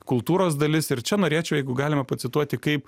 kultūros dalis ir čia norėčiau jeigu galima pacituoti kaip